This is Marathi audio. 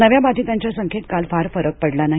नव्या बाधितांच्या संख्येत काल फार फरक पडला नाही